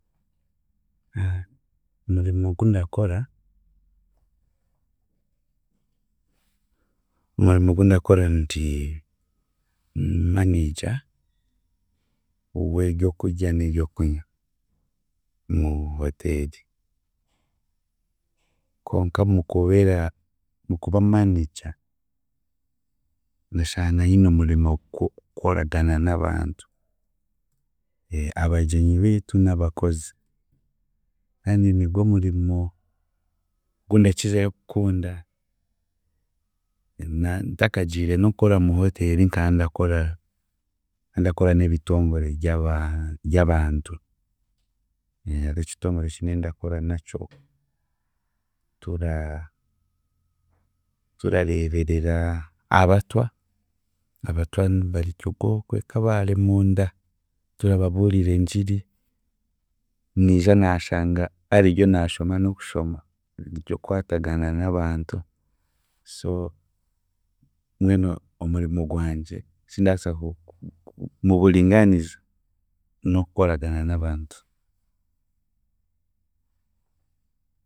Omurimo ogu ndakora, omurimo ogu ndakora ndi manager w'ebyokurya n'ebyokunywa mu hotel. Konka mukubeera, mukuba manager, ndashanga nyine omurimo gw'okukoragana n'abantu, abagyenyi biitu n'abakozi kandi nigwe murimo gundakirayo kukunda, na ntakagiire n'okukora mu hotel nka ndakora, nkandakora n'ebitore by'aba- by'abantu hariho ekitongore eki nandakora nakyo tura turareeberera Abatwa, Abatwa ni- bari ogw'okwe Kabale munda turababuura engiri, niija naashanga ariryo naashoma n'okushoma ery'okukwatagana n'abantu so mbwenu omurimo gwangye ekindaaasa ku- ku- muburingaaniza n'okukoragana n'abantu.